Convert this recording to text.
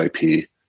IP